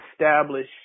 establish